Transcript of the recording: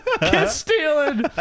kiss-stealing